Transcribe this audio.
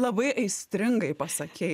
labai aistringai pasakei